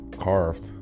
carved